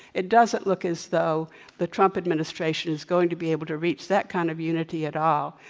it doesn't look as though the trump administration is going to be able to reach that kind of unity at all.